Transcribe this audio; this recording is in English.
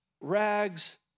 rags